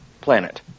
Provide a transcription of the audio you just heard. planet